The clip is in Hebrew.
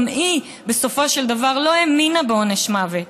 גם היא בסופו של דבר לא האמינה בעונש מוות.